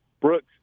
Brooks